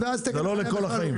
זה לא לכל החיים.